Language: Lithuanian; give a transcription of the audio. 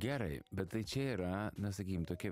gerai bet tai čia yra na sakykim tokia